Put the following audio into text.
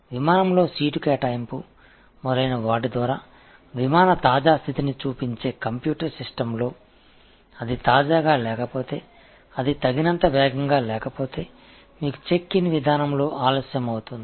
விமான இருக்கை ஒதுக்கீடு போன்றவற்றின் மூலம் விமானத்தின் சமீபத்திய நிலையை காட்டும் கணினி அமைப்பில் அது புதுப்பித்த நிலையில் இல்லாவிட்டால் அது போதுமான வேகத்தில் இல்லாவிட்டால் நீங்கள் செக் இன் செய்வதில் தாமதம் ஏற்படும்